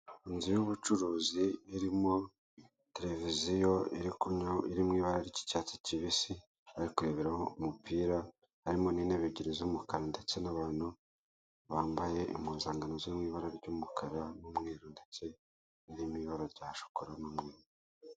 Inzu y'ubucuruzi irimo tereviziyo irimo ibara ry'icyatsi kibisi, barikureberaho umupira. Harimo n'intebe ebyiri z'umukara ndetse n'abantu bambaye impuzankano zo mu ibara ry'umukara n'umweru ndetse irimo ibara rya shokora n'umweru.